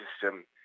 system